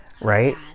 Right